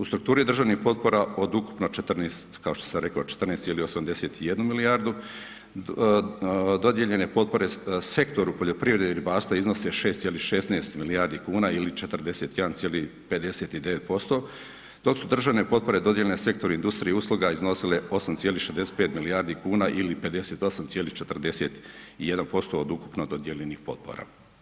U strukturi državnih potpora od ukupno 14 kao što sam rekao 14,81 milijardu dodijeljene potpore sektoru poljoprivredi i ribarstva iznose 6,16 milijardi kuna ili 41,59% dok su državne potpore dodijeljene sektoru industrije i usluga iznosila 8,65 milijardi kuna ili 58,41% od ukupno dodijeljenih potpora.